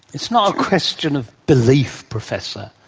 it's not a question of belief, professor,